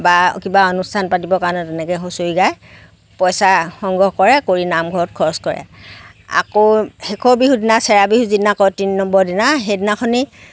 বা কিবা অনুষ্ঠান পাতিবৰ কাৰণে তেনেকৈ হুঁচৰি গায় পইচা সংগ্ৰহ কৰে কৰি নামঘৰত খৰচ কৰে আকৌ শেষৰ বিহুৰ দিনা চেৰাবিহু যিদিনা কয় তিনি নম্বৰ দিনা সেইদিনাখন